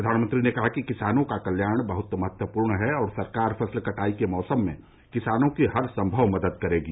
प्रधानमंत्री ने कहा कि किसानों का कल्याण बहुत महत्वपूर्ण है और सरकार फसल कटाई के मौसम में किसानों की हर संभव मदद करेगी